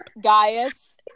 Gaius